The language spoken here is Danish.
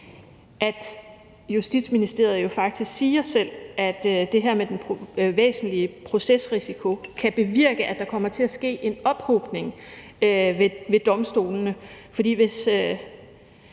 at Justitsministeriet jo faktisk selv siger, at det her med den væsentlige procesrisiko kan bevirke, at der kommer til at ske en ophobning ved domstolene.